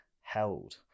held